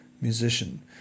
musician